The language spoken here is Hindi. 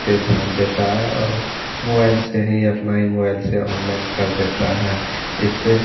पे ध्यान देता है और मोबाइल से ही अपना ही मोआईल से ऑनलाइन कर देता है इससे